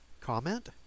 comment